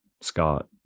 Scott